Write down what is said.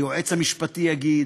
היועץ המשפטי יגיד,